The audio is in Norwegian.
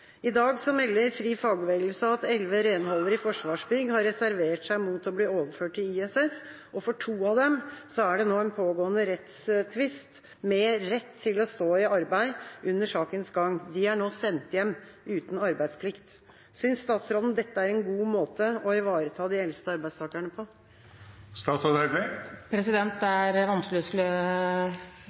I dag melder Fri fagbevegelse at elleve renholdere i Forsvarsbygg har reservert seg mot å bli overført til ISS, og for to av dem er det nå en pågående rettstvist om rett til å stå i arbeid under sakens gang. De er nå sendt hjem uten arbeidsplikt. Synes statsråden dette er en god måte å ivareta de eldste arbeidstakerne på? Det er vanskelig å skulle